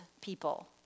people